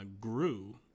grew